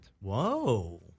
Whoa